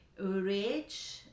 rich